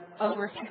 over